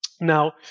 Now